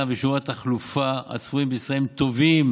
ושיעורי התחלופה הצפויים בישראל טובים